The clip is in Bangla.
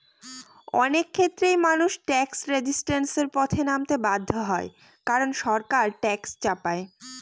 অনেক ক্ষেত্রেই মানুষ ট্যাক্স রেজিস্ট্যান্সের পথে নামতে বাধ্য হয় কারন সরকার ট্যাক্স চাপায়